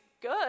good